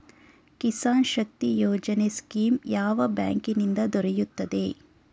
ಕಿಸಾನ್ ಶಕ್ತಿ ಯೋಜನೆ ಸ್ಕೀಮು ಯಾವ ಬ್ಯಾಂಕಿನಿಂದ ದೊರೆಯುತ್ತದೆ?